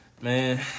man